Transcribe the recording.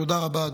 תודה רבה.